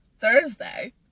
Thursday